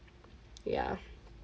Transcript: ya